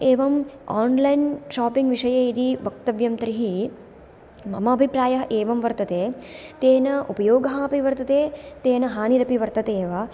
एवम् online shopping विषये यदि वक्तव्यं तर्हि मम अभिप्रायः एवं वर्तते तेन उपयोगः अपि वर्तते तेन हानिरपि वर्तते एव